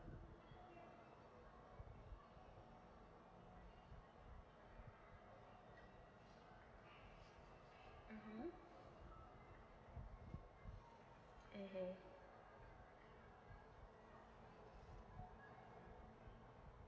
mmhmm mmhmm